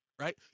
right